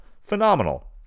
Phenomenal